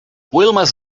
wilma’s